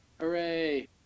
hooray